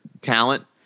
talent